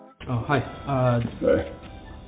Hi